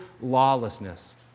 lawlessness